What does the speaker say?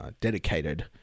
dedicated